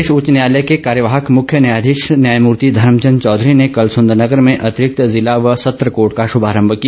प्रदेश उच्च न्यायालय के कार्यवाहक मुख्य न्यायधीश न्यायमूर्ति धर्मचन्द चौधरी ने कल सुन्दरनगर में अतिरिक्त ज़िला व सत्र कोर्ट का शुभारम्भ किया